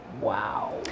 Wow